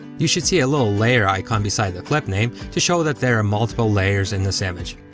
you should see a little layer icon beside the clip name, to show that there are multiple layers in this image.